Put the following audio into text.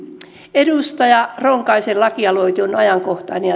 edustaja ronkaisen lakialoite on ajankohtainen